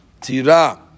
Tira